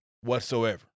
Whatsoever